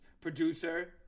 Producer